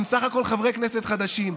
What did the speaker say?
הם בסך הכול חברי כנסת חדשים.